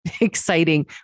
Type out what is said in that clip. exciting